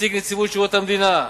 נציג נציבות שירות המדינה,